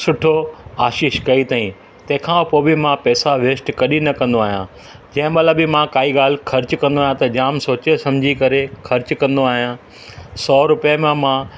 सुठो आशिश कईं अथईं तहिंखा पोइ बि मां पेसा वेस्ट कॾहिं न कंदो आहियां जंहिं माहिल बि मां काई ॻाल्हि ख़र्चु कंदो आहियां त जाम सोचे सम्झी करे ख़र्चु कंदो आहियां सौ रुपए में मां